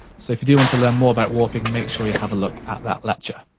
so if you do want to learn more about warping, make sure you have a look at that lecture.